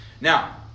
Now